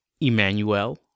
Emmanuel